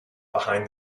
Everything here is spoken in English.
behind